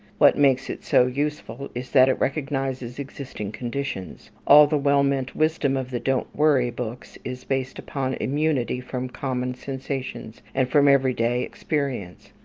what makes it so useful is that it recognizes existing conditions. all the well-meant wisdom of the don't worry books is based upon immunity from common sensations and from everyday experience.